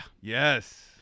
Yes